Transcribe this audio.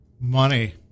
Money